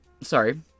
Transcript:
sorry